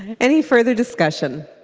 any further discussion?